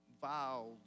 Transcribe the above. vile